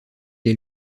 est